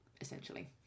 essentially